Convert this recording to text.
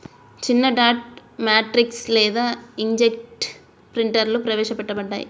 చిన్నడాట్ మ్యాట్రిక్స్ లేదా ఇంక్జెట్ ప్రింటర్లుప్రవేశపెట్టబడ్డాయి